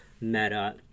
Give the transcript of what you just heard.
meta